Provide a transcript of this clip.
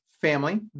family